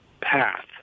path